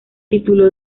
tituló